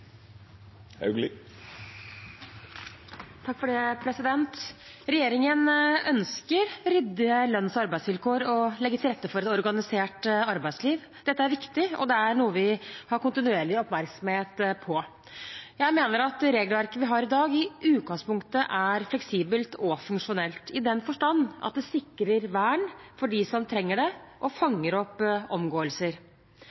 Regjeringen ønsker ryddige lønns- og arbeidsvilkår og å legge til rette for et organisert arbeidsliv. Dette er viktig, og det er noe vi har kontinuerlig oppmerksomhet på. Jeg mener at det regelverket vi har i dag, i utgangspunktet er fleksibelt og funksjonelt, i den forstand at det sikrer vern for dem som trenger det, og